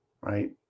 right